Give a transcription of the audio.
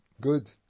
Good